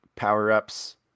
Power-ups